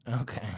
Okay